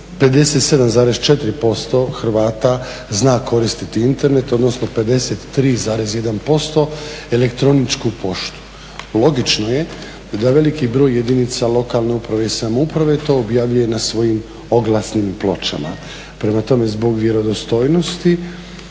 57,4% Hrvata zna koristiti Internet, odnosno 53,1% elektroničku poštu. Logično je da veliki broj jedinica lokalne uprave i samouprave to objavljuje na svojim oglasnim pločama. Prema tome, zbog vjerodostojnosti